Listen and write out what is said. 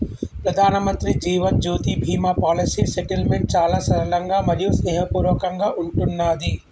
ప్రధానమంత్రి Jeevan Jyoti Bima policy settlement చాలా సరళంగా మరియు స్నేహపూర్వకంగా ఉంటున్నాది